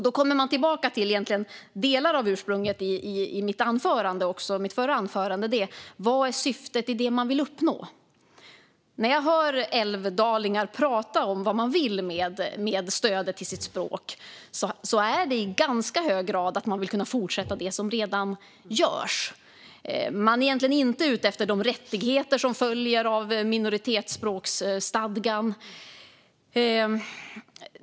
Då kommer man tillbaka till delar av ursprunget till mitt förra anförande, nämligen: Vad är syftet som man vill uppnå? När jag hör älvdalingar prata om vad man vill med stödet till sitt språk är det i ganska hög grad att man vill kunna fortsätta med det som redan görs. Man är egentligen inte ute efter de rättigheter som följer av minoritetsspråksstadgan.